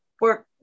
work